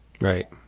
Right